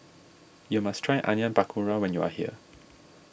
you must try Onion Pakora when you are here